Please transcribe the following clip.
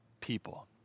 people